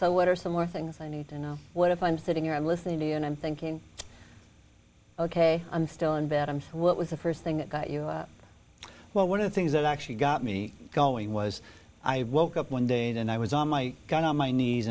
so what are some more things i need to know what if i'm sitting here i'm listening to you and i'm thinking ok i'm still in bed i'm what was the st thing that got you out well one of the things that actually got me going was i woke up one day and i was on my guard on my knees